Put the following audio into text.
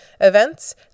events